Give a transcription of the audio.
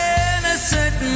innocent